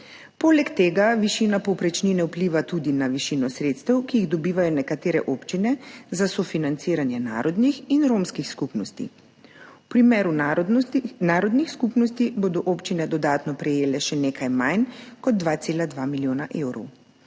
Poleg tega višina povprečnine vpliva tudi na višino sredstev, ki jih dobivajo nekatere občine za sofinanciranje narodnih in romskih skupnosti. V primeru narodnih skupnosti bodo občine dodatno prejele še nekaj manj kot 2,2 milijona evrov,